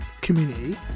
community